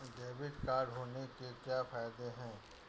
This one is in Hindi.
डेबिट कार्ड होने के क्या फायदे हैं?